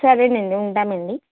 సరేనండి ఉంటామండి